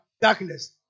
darkness